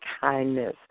kindness